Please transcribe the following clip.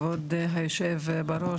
כבוד היושב בראש,